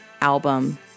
album